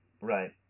Right